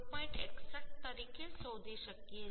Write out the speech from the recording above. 61 તરીકે શોધી શકીએ છીએ